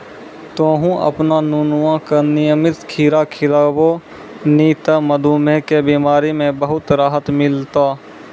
तोहॅ आपनो नुनुआ का नियमित खीरा खिलैभो नी त मधुमेह के बिमारी म बहुत राहत मिलथौं